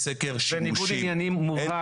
זה ניגוד עניינים מובהק.